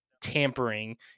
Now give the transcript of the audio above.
Tampering